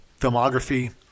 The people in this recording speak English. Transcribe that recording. filmography